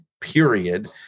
period